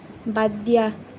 বাদ দিয়া